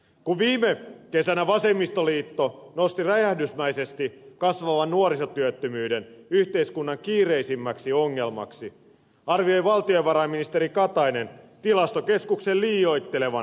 kun viime kesänä vasemmistoliitto nosti räjähdysmäisesti kasvavan nuorisotyöttömyyden yhteiskunnan kiireisimmäksi ongelmaksi arvioi valtiovarainministeri katainen tilastokeskuksen liioittelevan nuorisotyöttömyyslukuja